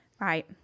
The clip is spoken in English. Right